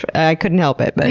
i couldn't help it, but